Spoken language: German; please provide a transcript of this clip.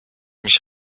mich